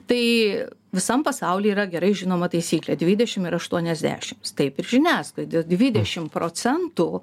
tai visam pasauly yra gerai žinoma taisyklė dvidešim ir aštuoniasdešims taip ir žiniasklaida dvidešim procentų